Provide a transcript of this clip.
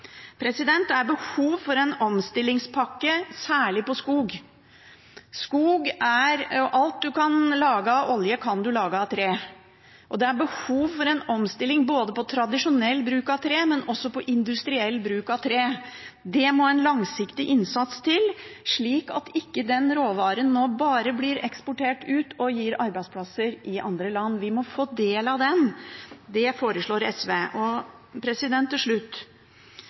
Det er behov for en omstillingspakke, særlig på skog. Alt du kan lage av olje, kan du lage av tre. Det er behov for en omstilling både på tradisjonell bruk av tre og på industriell bruk av tre. Det må en langsiktig innsats til, slik at ikke den råvaren nå bare blir eksportert ut og gir arbeidsplasser i andre land. Vi må få del av den. Det foreslår SV. Til slutt: Regjeringen gir til